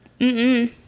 Mm-mm